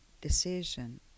decision